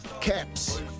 Caps